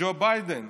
ג'ו ביידן,